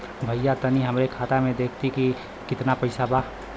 भईया तनि हमरे खाता में देखती की कितना पइसा बा?